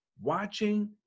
watching